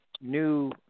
new